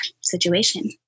situation